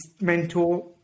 mentor